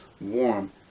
warm